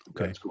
okay